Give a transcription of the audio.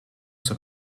zur